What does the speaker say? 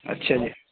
اچھا جی